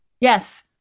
Yes